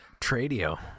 Tradio